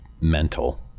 mental